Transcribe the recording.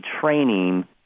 training